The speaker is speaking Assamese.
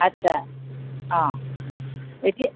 আচ্ছা অঁ এতিয়া